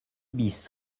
bis